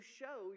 show